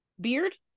Beard